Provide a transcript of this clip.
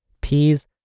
peas